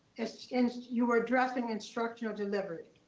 as and you were addressing instructional delivery,